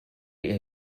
ihr